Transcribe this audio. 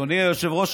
אדוני היושב-ראש,